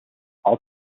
all